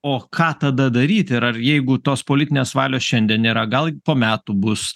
o ką tada daryti ir ar jeigu tos politinės valios šiandien nėra gal po metų bus